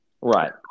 Right